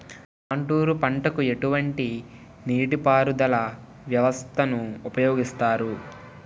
Contour పంటకు ఎటువంటి నీటిపారుదల వ్యవస్థను ఉపయోగిస్తారు?